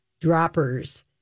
droppers